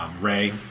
Ray